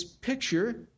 picture